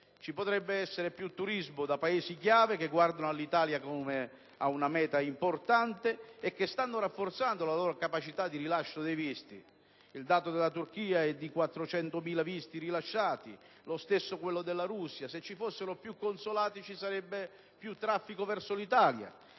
ci potrebbe essere più turismo da Paesi chiave che guardano all'Italia come ad una meta importante e che stanno rafforzando la loro capacità di rilascio dei visti. Il dato della Turchia è di 400.000 visti rilasciati; lo stesso vale per la Russia. Se ci fossero più consolati ci sarebbe più traffico verso l'Italia.